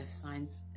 signs